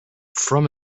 from